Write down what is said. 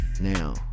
Now